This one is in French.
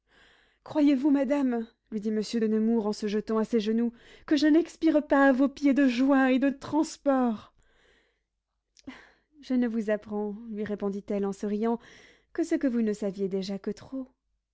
croyez-vous madame lui dit monsieur de nemours en se jetant à ses genoux que je n'expire pas à vos pieds de joie et de transport je ne vous apprends lui répondit-elle en souriant que ce que vous ne saviez déjà que trop